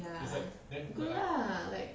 ya good lah like